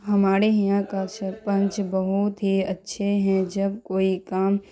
ہمارے یہاں کا سرپنچ بہت ہی اچھے ہیں جب کوئی کام